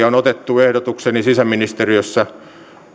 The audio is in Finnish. on otettu sisäministeriössä